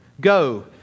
Go